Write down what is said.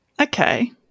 Okay